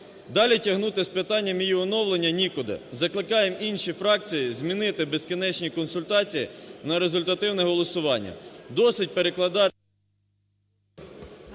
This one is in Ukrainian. Далі тягнути з питанням її оновлення нікуди. Закликаємо інші фракції змінити безкінечні консультації на результативне голосування. Досить перекладати…